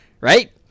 right